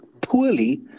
poorly